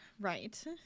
Right